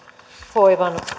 hoivan